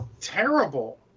terrible